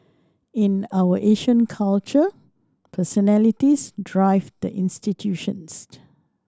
in our Asian culture personalities drive the institutions